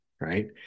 right